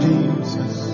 Jesus